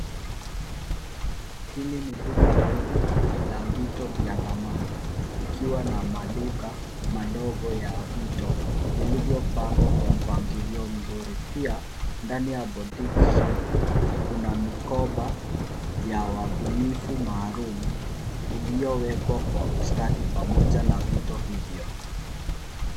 Hili ni duka kuu, la vito vya dhamana, ikiwa na maduka, madogo ya vito ,vilivyopangwa kwa mpangilio mzuri. Pia, ndani ya boutique hili, kuna mikoba, ya wabunifu maalum, iliyowekwa kwa ustadi pamoja na vito hivyo.